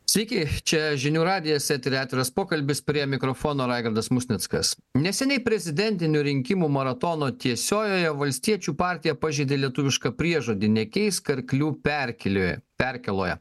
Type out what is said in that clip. sveiki čia žinių radijas etery atviras pokalbis prie mikrofono raigardas musnickas neseniai prezidentinių rinkimų maratono tiesiojoje valstiečių partija pažeidė lietuvišką priežodį nekeisk arklių perkėlioje perkėloje